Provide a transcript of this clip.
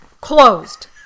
Closed